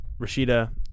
rashida